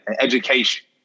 education